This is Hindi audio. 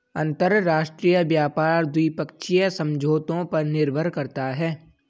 अंतरराष्ट्रीय व्यापार द्विपक्षीय समझौतों पर निर्भर करता है